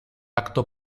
acto